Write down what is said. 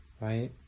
right